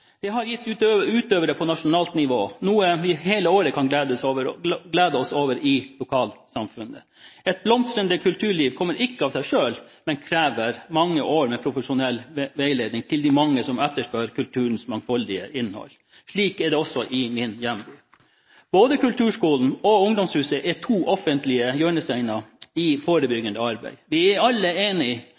Det har gitt utøvere på nasjonalt nivå, noe vi hele året kan glede oss over i lokalsamfunnet. Et blomstrende kulturliv kommer ikke av seg selv, men krever mange år med profesjonell veiledning til de mange som etterspør kulturens mangfoldige innhold. Slik er det også i min hjemby. Både kulturskolen og UngdomsHuset er to offentlige hjørnesteiner i forebyggende arbeid. Vi er alle